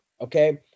okay